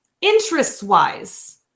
interests-wise